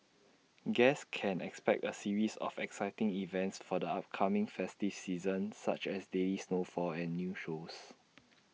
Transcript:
guests can expect A series of exciting events for the upcoming festive season such as daily snowfall and new shows